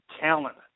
talent